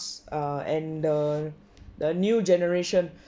uh and the the new generation